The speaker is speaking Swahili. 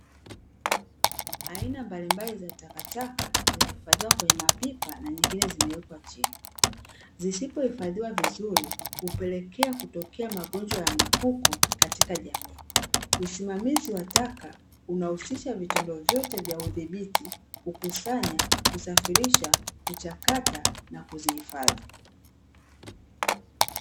Aina mbalimbali za takataka zimehifadhiwa kwenye mapipa na nyingine zimewekwa chini, zisipohifadhiwa vizuri hupelekea kutokea magonjwa ya milipuko katika jamii. Usimamizi wa taka unahusisha vitendo vyote vya udhibiti, kukusanya, kusafirisha, kuchakata na kuzihifadhi.